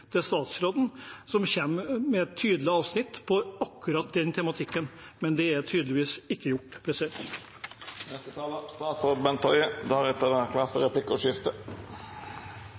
statsråden, som kommer med et tydelig avsnitt om akkurat den tematikken, men det er tydeligvis ikke gjort.